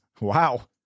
Wow